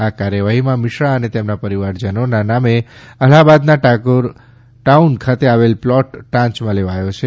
આ કાર્યવાહીમાં મિશ્રા અને તેમના પરિવારજનોના નામે અલ્હાબાદના ટાગોર ટાઉન ખાતે આવેલ પ્લોટ ટાંચમાં લેવાથો છે